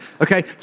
okay